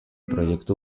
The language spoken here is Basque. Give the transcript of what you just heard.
proiektu